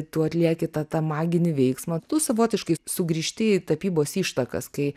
tu atlieki tą tą maginį veiksmą tu savotiškai sugrįžti į tapybos ištakas kai